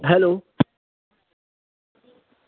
hello